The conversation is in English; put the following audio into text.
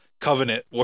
Covenant